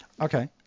Okay